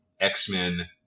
X-Men